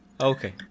Okay